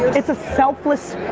it's a selfless